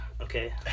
Okay